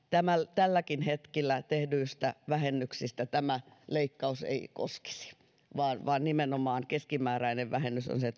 tälläkin hetkellä tehdyistä vähennyksistä tämä leikkaus ei koskisi vaan vaan nimenomaan keskimääräinen vähennys on on se